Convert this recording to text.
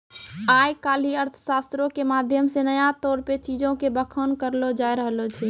आइ काल्हि अर्थशास्त्रो के माध्यम से नया तौर पे चीजो के बखान करलो जाय रहलो छै